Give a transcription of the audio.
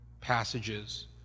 passages